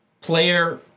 player